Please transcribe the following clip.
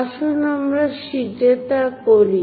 আসুন আমরা শীটে তা করি